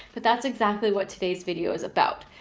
but that's exactly what today's video is about.